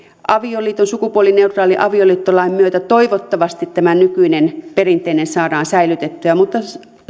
sukupuolineutraalin avioliittolain myötä toivottavasti tämä nykyinen perinteinen saadaan säilytettyä mutta